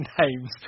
names